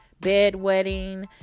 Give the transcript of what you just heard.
bedwetting